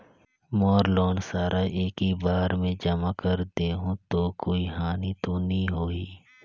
मोर loan सारा एकी बार मे जमा कर देहु तो कोई हानि तो नी होही?